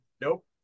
Nope